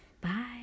bye